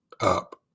up